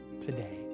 today